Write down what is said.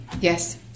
Yes